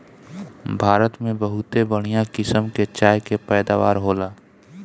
भारत में बहुते बढ़िया किसम के चाय के पैदावार होला